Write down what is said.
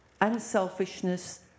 unselfishness